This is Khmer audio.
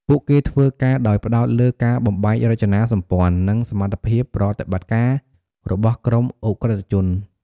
ពួកគេធ្វើការដោយផ្តោតលើការបំបែករចនាសម្ព័ន្ធ និងសមត្ថភាពប្រតិបត្តិការរបស់ក្រុមឧក្រិដ្ឋជន។